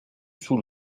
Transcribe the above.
sous